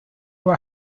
were